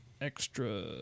extra